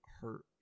hurt